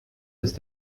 ist